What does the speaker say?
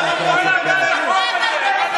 אין לכם כאבי בטן.